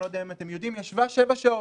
אני לא יודע אם אתם יודעים, ישבה שבע שעות,